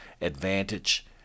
advantage